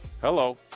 Hello